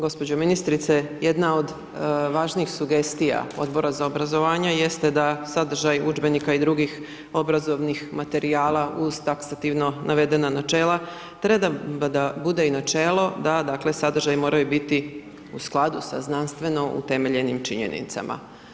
Gospođo ministrice, jedna od važnijih sugestija Odbora za obrazovanje jeste da sadržaj udžbenika i drugih obrazovnih materijala uz taksativno navedena načela, treba da bude i načelo da dakle, sadržaji moraju biti u skladu sa znanstveno u temeljenim činjenicama.